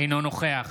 אינו נוכח